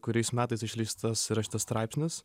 kuriais metais išleistas yra šitas straipsnis